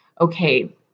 Okay